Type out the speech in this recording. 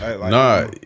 Nah